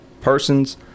persons